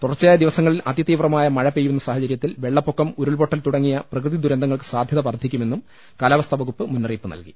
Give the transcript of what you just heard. തുടർച്ചയായ ദിവസങ്ങളിൽ അതി തീവ്രമായ മഴ പെയ്യുന്ന സാഹചര്യത്തിൽ വെള്ളപ്പൊക്കം ഉരുൾപൊട്ടൽ തുടങ്ങിയ പ്രകൃതി ദുരന്തങ്ങൾക്ക് സാധൃത വർധിക്കുമെന്നും കാലാവ സ്ഥാവകുപ്പ് മുന്നറിയിപ്പ് നൽകി